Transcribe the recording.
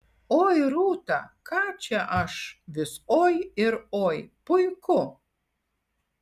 oi rūta ką čia aš vis oi ir oi puiku